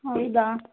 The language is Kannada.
ಹೌದಾ